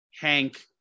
Hank